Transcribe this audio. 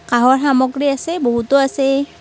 কাঁহৰ সামগ্ৰী আছে বহুতো আছে